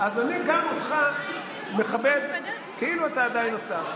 אז אני גם אותך מכבד כאילו אתה עדיין השר.